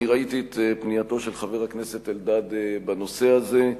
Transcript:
אני ראיתי את פנייתו של חבר הכנסת אלדד בנושא הזה.